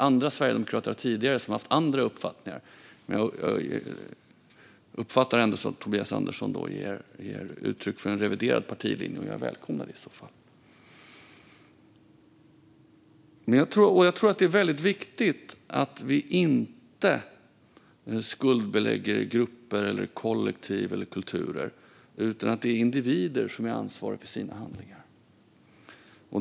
Andra sverigedemokrater har tidigare haft andra uppfattningar, men jag uppfattar det ändå som att Tobias Andersson ger uttryck för en reviderad partilinje. I så fall välkomnar jag det. Jag tror att det är väldigt viktigt att vi inte skuldbelägger grupper, kollektiv eller kulturer, utan det är individer som är ansvariga för sina handlingar.